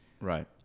Right